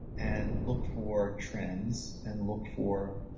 and look for trends, and look for